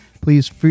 please